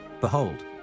behold